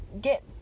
get